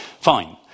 Fine